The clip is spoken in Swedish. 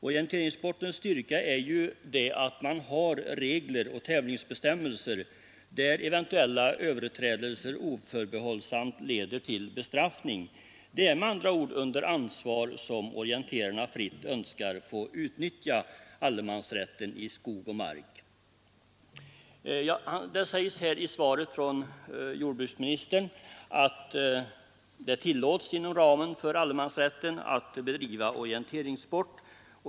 Orienteringssportens styrka är att man har regler och tävlingsbestämmelser, där eventuella överträdelser oförbehållsamt leder till bestraffning. Det är med andra ord under ansvar som orienterarna önskar att få utnyttja allemansrätten i skog och mark. Det sägs i svaret från jordbruksministern att det måste anses tillåtet inom ramen för allemansrätten att bedriva orienteringssport.